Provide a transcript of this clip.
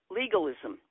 legalism